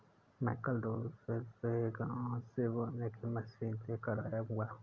मैं कल दूसरे गांव से बोने की मशीन लेकर आऊंगा